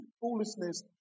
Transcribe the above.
foolishness